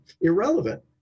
irrelevant